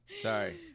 Sorry